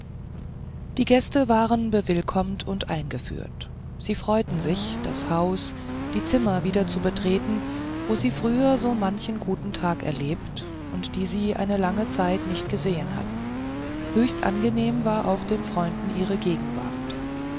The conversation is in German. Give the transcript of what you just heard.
die gäste waren bewillkommt und eingeführt sie freuten sich das haus die zimmer wieder zu betreten wo sie früher so manchen guten tag erlebt und die sie eine lange zeit nicht gesehn hatten höchst angenehm war auch den freunden ihre gegenwart